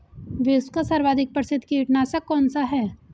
विश्व का सर्वाधिक प्रसिद्ध कीटनाशक कौन सा है?